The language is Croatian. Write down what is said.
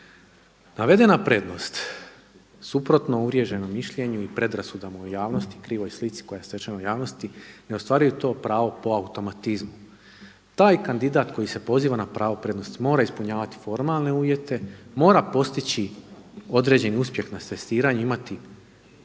Navedena prednost suprotno uvriježenom mišljenju i predrasudama u javnosti, krivoj slici koja je stečena u javnosti ne ostvaruju to pravo po automatizmu. Taj kandidat koji se poziva na pravo prednosti mora ispunjavati formalne uvjete, mora postići određeni uspjeh na testiranju, imati bodove,